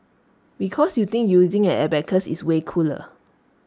because you think using an abacus is way cooler